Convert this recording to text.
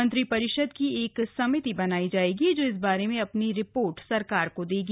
मंत्रिपरिषद की एक समिति बनाई जाएगी जो इस बारे में अपनी रिपोर्ट सरकार को देगी